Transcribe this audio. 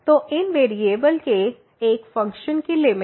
तो one variable के एक फ़ंक्शन की लिमिट